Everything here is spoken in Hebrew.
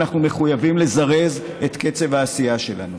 ואנחנו מחויבים לזרז את קצב העשייה שלנו.